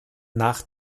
nach